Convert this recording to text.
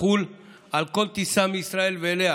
תחול על כל טיסה מישראל ואליה